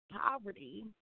poverty